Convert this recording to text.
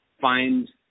find